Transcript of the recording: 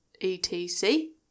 E-T-C